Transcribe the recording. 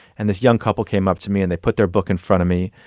and this young couple came up to me, and they put their book in front of me.